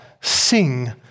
sing